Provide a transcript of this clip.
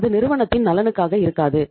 அது நிறுவனத்தின் நலனுக்காக இருக்காது